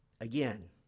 Again